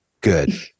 Good